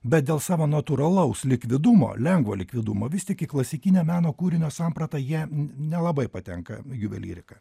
bet dėl savo natūralaus likvidumo lengvo likvidumo vis tik į klasikinę meno kūrinio sampratą jie nelabai patenka juvelyrika